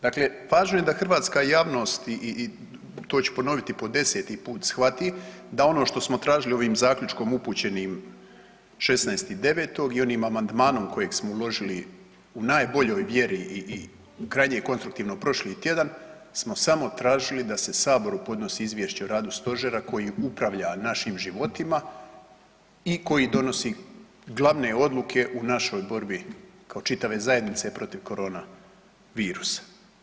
Dakle, važno je da hrvatska javnost i to ću ponoviti po deseti put shvati, da ono što smo tražili ovim zaključkom upućenim 16.9. i onim amandmanom kojeg smo uložili u najboljoj vjeri i krajnje konstruktivno prošli tjedan smo samo tražili da se Saboru podnosi Izvješće o radu Stožera koji upravlja našim životima i koji donosi glavne odluke u našoj borbi kao čitave zajednice protiv corona virusa.